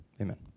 Amen